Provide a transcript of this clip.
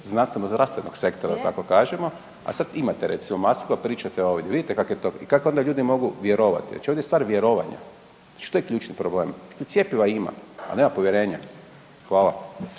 znanstveno zdravstvenog sektora da tako kažemo, a sad recimo imate masku a pričate ovdje. Vidite kako je to. Kako onda ljudi mogu vjerovati? Znači ovdje je stvar vjerovanja, znači to je ključni problem. Cjepiva ima, ali nema povjerenja. Hvala.